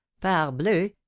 parbleu